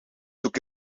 took